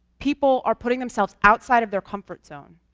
people are putting themselves outside of their comfort zone,